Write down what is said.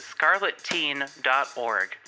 scarletteen.org